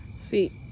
See